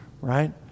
right